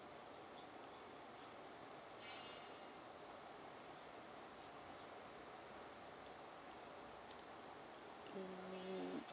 mm may